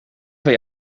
van